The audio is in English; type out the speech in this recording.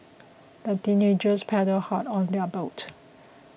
the teenagers paddled hard on their boat